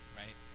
right